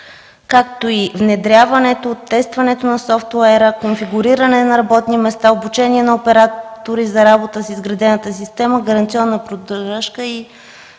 както и внедряването, тестването на софтуера, конфигуриране на работни места, обучение на оператори за работа с изградената система, гаранционна поддръжка и